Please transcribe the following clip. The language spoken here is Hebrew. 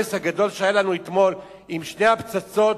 הנס הגדול שהיה לנו אתמול עם שתי הפצצות